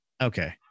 okay